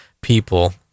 people